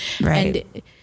right